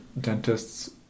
dentists